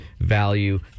value